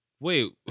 Wait